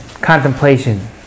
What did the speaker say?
contemplation